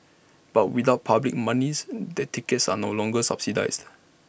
but without public monies the tickets are no longer subsidised